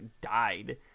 died